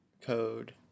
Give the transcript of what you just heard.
code